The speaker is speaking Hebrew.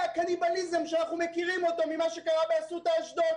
הקניבליזם שאנחנו מכירים ממה שקרה באסותא באשדוד